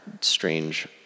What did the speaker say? strange